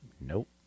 Nope